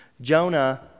Jonah